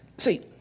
See